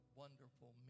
wonderful